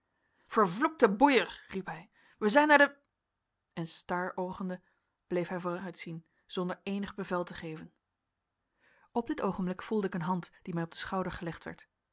vervloekte boeier riep hij wij zijn naar de w en staroogende bleef hij vooruit zien zonder eenig bevel te geven op dit oogenblik voelde ik een hand die mij op den schouder gelegd werd